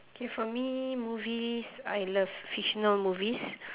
okay for me movies I love fictional movies